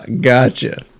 gotcha